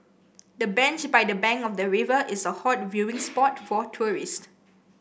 the bench by the bank of the river is a hot viewing spot for tourist